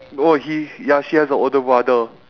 no he ya she has a older brother